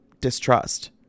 distrust